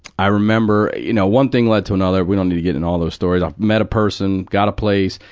i remember you know, one thing led to another. we don't need to get into and all those stories. i met a person, got a place.